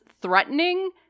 threatening